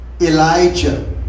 Elijah